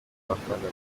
amafaranga